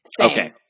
okay